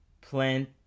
Plant